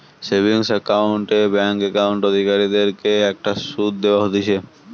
savings account এ bank account অধিকারীদের কে একটা শুধ দেওয়া হতিছে